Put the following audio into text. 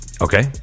Okay